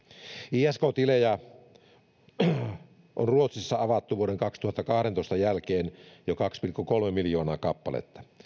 isk tilejä on ruotsissa avattu vuoden kaksituhattakaksitoista jälkeen jo kaksi pilkku kolme miljoonaa kappaletta